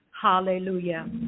Hallelujah